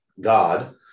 God